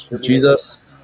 Jesus